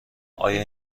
آیا